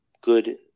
good